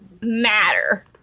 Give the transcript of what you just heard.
matter